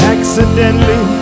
Accidentally